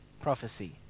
prophecy